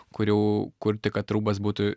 kurių kurti kad rūbas būtų